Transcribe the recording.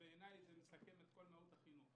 שבעיניי מסכם את כל נושא החינוך